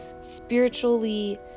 spiritually